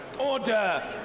Order